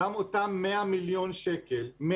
גם אותם 100 מיליון שקלים,